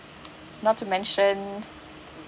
not to mention